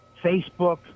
Facebook